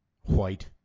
white